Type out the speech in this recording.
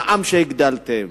מע"מ שהגדלתם,